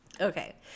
okay